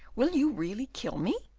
will you really kill me?